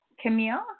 Camille